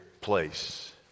place